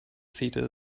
seated